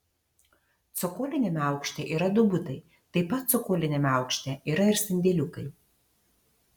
cokoliniame aukšte yra du butai taip pat cokoliniame aukšte yra ir sandėliukai